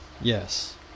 Yes